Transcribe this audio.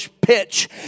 pitch